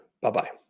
Bye-bye